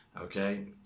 okay